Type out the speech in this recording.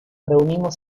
reunimos